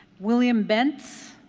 william bents?